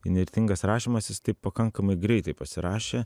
įnirtingas rašymas jis taip pakankamai greitai pasirašė